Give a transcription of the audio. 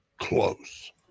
close